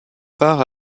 part